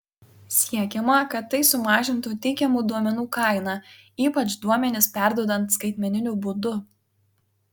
siekiama kad tai sumažintų teikiamų duomenų kainą ypač duomenis perduodant skaitmeniniu būdu